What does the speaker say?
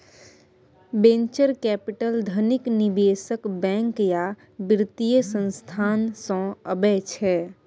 venture capital धनिक निबेशक, bank या बित्तीय संस्थान सँ अबै छै